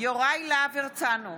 יוראי להב הרצנו,